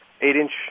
Eight-inch